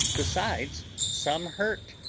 besides some hurt?